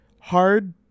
hard